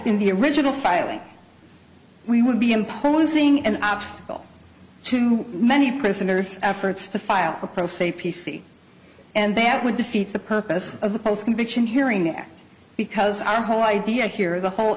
in the original failing we would be imposing an obstacle too many prisoners efforts to file a pro se p c and that would defeat the purpose of the post conviction hearing there because our whole idea here the whole